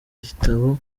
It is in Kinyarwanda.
gitabo